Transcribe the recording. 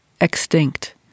extinct